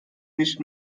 nicht